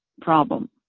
problem